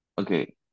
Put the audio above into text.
Okay